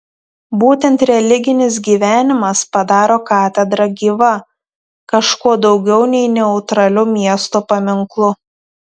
būtent religinis gyvenimas padaro katedrą gyva kažkuo daugiau nei neutraliu miesto paminklu